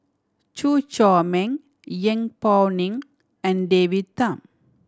Chew Chor Meng Yeng Pway Ngon and David Tham